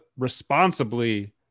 responsibly